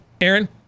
Aaron